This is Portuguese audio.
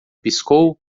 piscou